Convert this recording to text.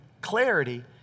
clarity